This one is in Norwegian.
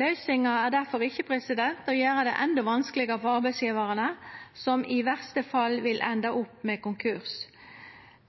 Løysinga er difor ikkje å gjera det endå vanskelegare for arbeidsgjevarane, som i verste fall vil enda opp med konkurs.